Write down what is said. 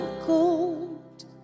cold